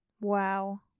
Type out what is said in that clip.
Wow